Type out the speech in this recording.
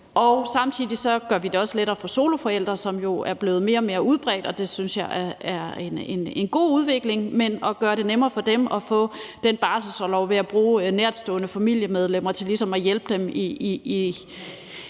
Samtidig gør vi det også lettere for soloforældre, som jo er blevet mere og mere udbredt, og jeg synes, det er en god udvikling at gøre det nemmere for dem at få den barselsorlov ved at bruge nærtstående familiemedlemmer til ligesom at hjælpe sig